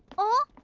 oh?